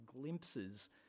glimpses